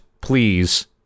please